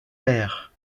pairs